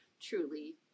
truly